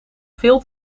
veel